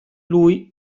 lui